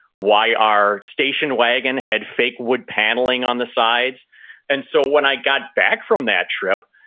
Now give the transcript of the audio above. why our station wagon had fake wood paneling on the sides and so when i got back from that trip,